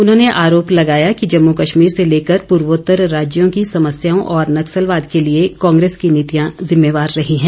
उन्होंने आरोप लगाया कि जम्मू कश्मीर से लेकर पूर्वोत्तर राज्यों की समस्याओं और नक्सलवाद के लिए कांग्रेस की नीतियां जिम्मेवार रही हैं